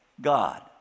God